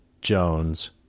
Jones